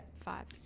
five